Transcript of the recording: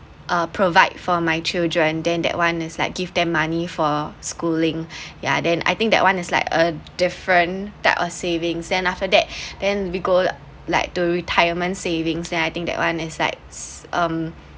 uh provide for my children then that [one] is like give them money for schooling yeah then I think that one is like a different type of savings then after that then we go like to retirement savings then I think that one is like s~ um